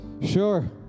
sure